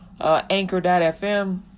anchor.fm